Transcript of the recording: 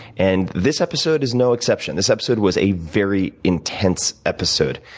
and this episode is now exception. this episode was a very intense episode.